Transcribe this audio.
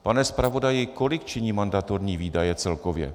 Pane zpravodaji, kolik činí mandatorní výdaje celkově?